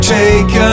take